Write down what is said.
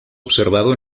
observado